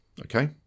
okay